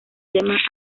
tema